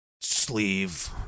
sleeve